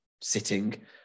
sitting